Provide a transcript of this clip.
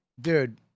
dude